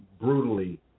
brutally